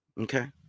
Okay